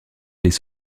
les